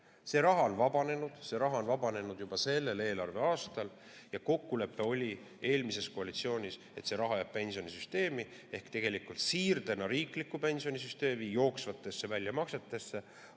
See raha on vabanenud. See raha on vabanenud juba sellel eelarveaastal, ja kokkulepe oli eelmises koalitsioonis, et see raha jääb pensionisüsteemi. Ehk tegelikult siirdena riiklikku pensionisüsteemi jooksvatesse väljamaksetesse